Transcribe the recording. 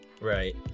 right